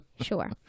Sure